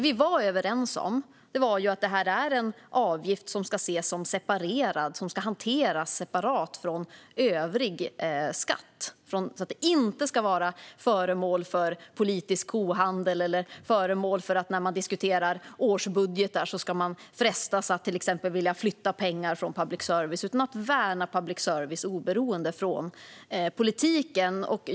Vi var överens om att detta är en avgift som ska hanteras separat från övrig skatt så att den inte blir föremål för politisk kohandel. Man ska inte när man diskuterar årsbudgetar frestas att till exempel flytta pengar från public service, utan public services oberoende från politiken ska värnas.